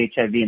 HIV